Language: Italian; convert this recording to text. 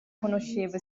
conoscevo